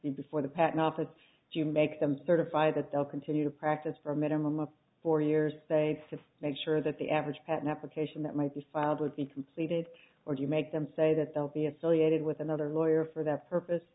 the before the patent office to make them certify that they'll continue to practice for a minimum of four years saves to make sure that the average at application that might be filed would be completed or you make them say that they'll be associated with another lawyer for that purpose